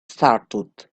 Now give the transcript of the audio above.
startled